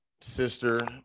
sister